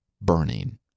burning